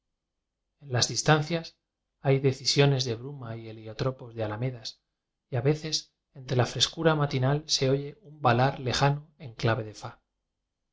en las distancias hay indecisiones de ffé u v a fídju k la bruma y heliotropos de alamedas y a veces entre la frescura matinal se oye un balar le jano en clave de fa